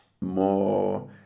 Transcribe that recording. more